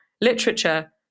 literature